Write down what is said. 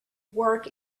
work